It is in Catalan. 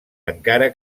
encara